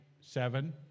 seven